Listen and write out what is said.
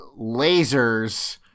lasers